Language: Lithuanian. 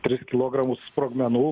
tris kilogramus sprogmenų